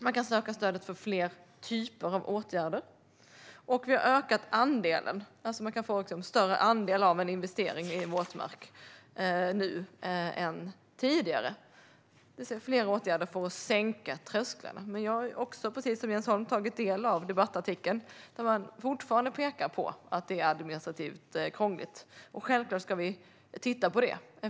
Man kan söka stöd för fler typer av åtgärder, och vi har infört att man kan få en större andel av en investering i en våtmark nu än tidigare. Vi har också vidtagit åtgärder för att sänka trösklarna. Precis som Jens Holm har jag tagit del av debattartikeln där man pekar på att det fortfarande är administrativt krångligt. Självklart ska vi titta på det.